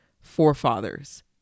forefathers